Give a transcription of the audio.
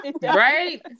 Right